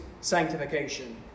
sanctification